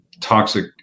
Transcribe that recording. toxic